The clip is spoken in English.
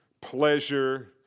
pleasure